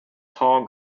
tall